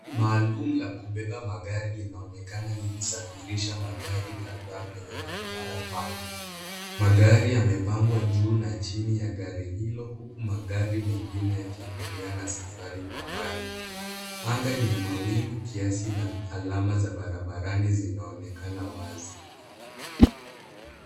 Maalum la kubeba magari limeonekana likisafirisha magari kadhaa kwenye barabara pana. Magari yamepangwa juu na chini ya gari hilo huku magari mengine yakiendelea na safari kwa mbali. Anga ni ya mawingu kiasi na alama za barabarani zinaonekana wazi.